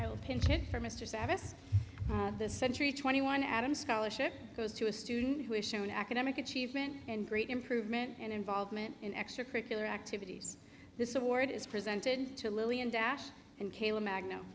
savage this century twenty one adam scholarship goes to a student who is shown academic achievement and great improvement and involvement in extracurricular activities this award is presented to lillian dash and kayla mag